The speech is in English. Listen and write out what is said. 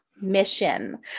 mission